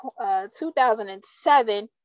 2007